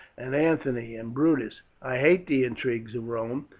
and anthony and brutus. i hate the intrigues of rome,